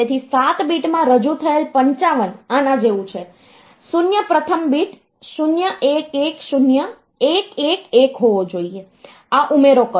તેથી 7 બીટમાં રજૂ થયેલ 55 આના જેવું છે 0 પ્રથમ બીટ 0110111 હોવો જોઈએ આ ઉમેરો કરો